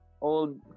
old